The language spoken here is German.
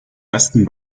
ersten